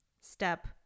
Step